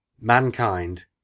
mankind